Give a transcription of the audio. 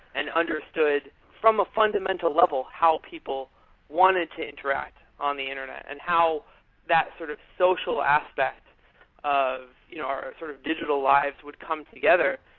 and understood, from a fundamental level, how people wanted to interact on the internet and how that sort of social aspect of you know our sort of digital lives would come together.